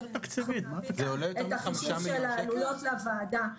את החישוב של העלויות לוועדה,